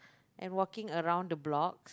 and walking around the block